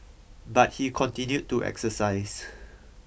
but he continued to exercise